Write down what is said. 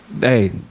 hey